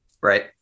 Right